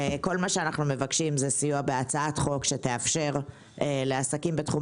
כל מה שאנחנו מבקשים זה סיוע בהצעת חוק שתאפשר לעסקים בתחום